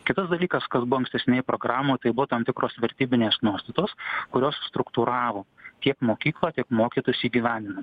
kitas dalykas kas buvo ankstesnėj programoj tai buvo tam tikros vertybinės nuostatos kurios struktūravo tiek mokyklą mokytojus į gyvenimą